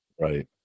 Right